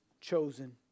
chosen